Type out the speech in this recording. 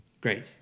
Great